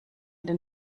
den